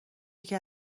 یکی